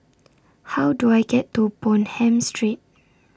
How Do I get to Bonham Street